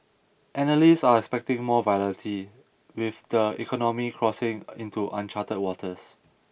analysts are expecting more volatility with the economy crossing into uncharted waters